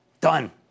done